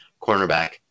cornerback